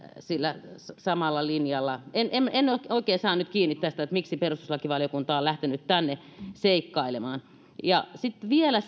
sillä samalla linjalla en en oikein saa nyt kiinni tästä miksi perustuslakivaliokunta on lähtenyt tänne seikkailemaan vielä